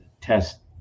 test